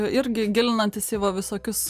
irgi gilinantis į va visokius